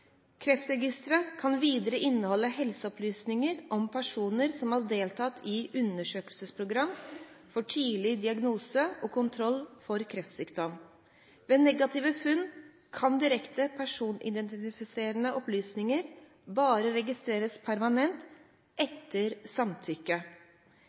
«Kreftregisteret kan videre inneholde helseopplysninger om personer som har deltatt i undersøkelsesprogram for tidlig diagnose og kontroll for kreftsykdom. Ved negativt funn kan direkte personidentifiserende opplysninger bare registreres permanent